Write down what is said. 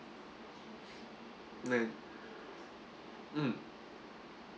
like mm